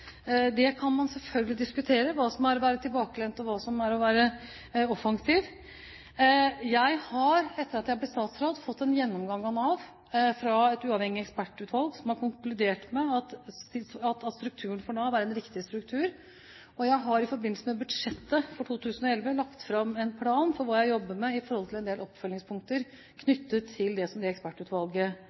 kan selvfølgelig diskutere hva som er å være tilbakelent, og hva som er å være offensiv. Jeg har, etter at jeg ble statsråd, fått en gjennomgang av Nav fra et uavhengig ekspertutvalg. De har konkludert med at strukturen i Nav er en riktig struktur. Jeg har i forbindelse med budsjettet for 2011 lagt fram en plan for hva jeg jobber med i forhold til en del oppfølgingspunkter knyttet til det som ekspertutvalget la fram. I tildelingsbrevet til Nav for 2011 er